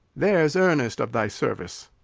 there's earnest of thy service.